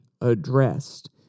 addressed